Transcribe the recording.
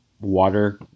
water